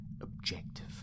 objective